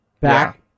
back